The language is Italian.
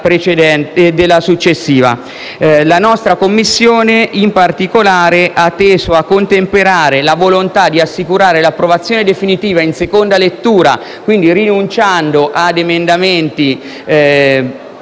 La nostra Commissione, in particolare, ha teso a contemperare la volontà di assicurare l'approvazione definitiva in seconda lettura, quindi rinunciando ad emendamenti migliorativi